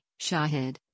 Shahid